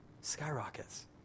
Skyrockets